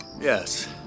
Yes